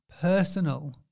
personal